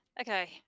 Okay